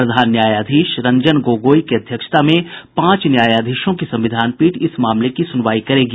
प्रधान न्यायाधीश रंजन गोगोई की अध्यक्षता में पांच न्यायाधीशों की संविधान पीठ इस मामले की सुनवाई करेगी